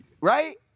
right